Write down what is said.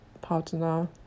partner